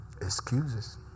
Excuses